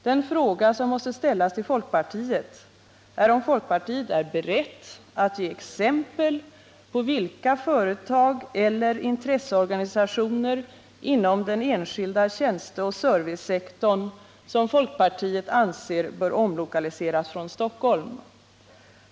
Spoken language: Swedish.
Den fråga som måste ställas till folkpartiet är om folkpartiet är berett att ge exempel på vilka företag eller intresseorganisationer inom den enskilda tjänsteoch servicesektorn som folkpartiet anser bör omlokaliseras från Stockholm.